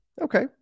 okay